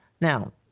Now